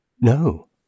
No